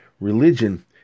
Religion